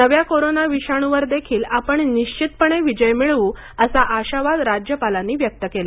नव्या कोरोना विषाणूवर देखील आपण निश्चितपणे विजय मिळवू असा आशावाद राज्यपालांनी व्यक्त केला